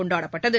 கொண்டாப்பட்டது